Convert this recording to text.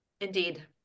Indeed